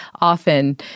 often